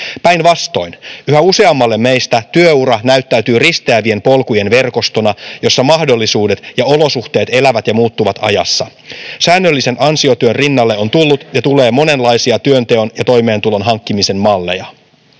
Päinvastoin, yhä useammalle meistä työura näyttäytyy risteävien polkujen verkostona, jossa mahdollisuudet ja olosuhteet elävät ja muuttuvat ajassa. Säännöllisen ansiotyön rinnalle on tullut ja tulee monenlaisia työnteon ja toimeentulon hankkimisen malleja.